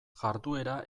jarduera